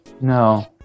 No